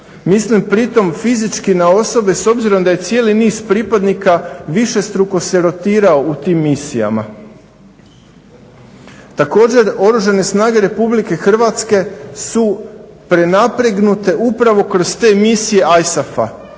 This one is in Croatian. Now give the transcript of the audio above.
Mislim pritom fizički na osobe s obzirom da je cijeli niz pripadnika višestruko se rotirao u tim misijama. Također, Oružane snage RH su prenapregnute upravo kroz te misije ISAF-a